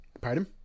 pardon